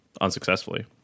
unsuccessfully